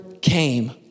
came